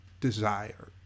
desire